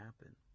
happen